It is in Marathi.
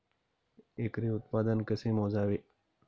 एकरी उत्पादन कसे मोजावे?